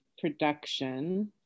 production